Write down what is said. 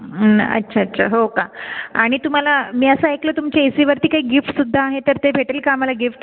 ना अच्छा अच्छा हो का आणि तुम्हाला मी असं ऐकलं तुमची ए सीवरती काही गिफ्टसुद्धा आहे तर ते भेटेल का आम्हाला गिफ्ट